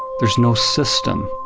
there's no system.